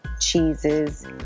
cheeses